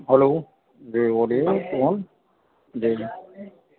hello جی بولیے کون جی